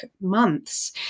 months